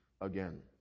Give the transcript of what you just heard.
again